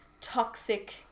toxic